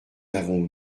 avons